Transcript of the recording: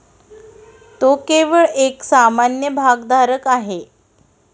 तो केवळ एक सामान्य भागधारक आहे